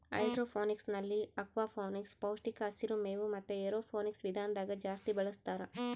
ಹೈಡ್ರೋಫೋನಿಕ್ಸ್ನಲ್ಲಿ ಅಕ್ವಾಫೋನಿಕ್ಸ್, ಪೌಷ್ಟಿಕ ಹಸಿರು ಮೇವು ಮತೆ ಏರೋಫೋನಿಕ್ಸ್ ವಿಧಾನದಾಗ ಜಾಸ್ತಿ ಬಳಸ್ತಾರ